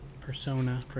persona